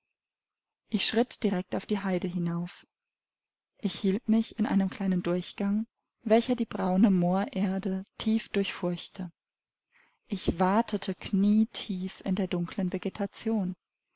ich schritt direkt auf die haide hinauf ich hielt mich in einem kleinen durchgang welcher die braune moorerde tief durchfurchte ich watete knietief in der dunklen vegetation